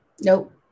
Nope